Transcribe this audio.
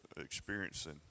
experiencing